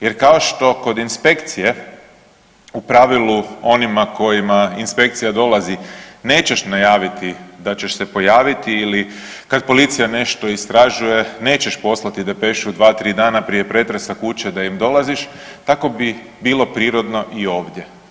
Jer kao što kod inspekcije u pravilu onima kojima inspekcija dolazi nećeš najaviti da ćeš se pojaviti ili kada policija nešto istražuje nećeš poslati depešu 2, 3 dana prije pretresa kuće da im dolaziš, tako bi bilo prirodno i ovdje.